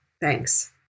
Thanks